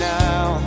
now